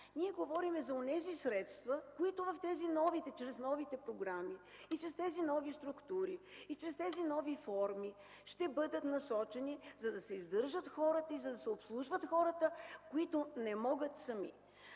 Ние говорим за онези средства, които чрез новите програми и с тези нови структури, и чрез тези нови форми ще бъдат насочени, за да се издържат и обслужват хората, които не могат сами.